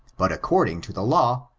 but according to the law,